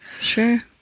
sure